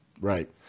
Right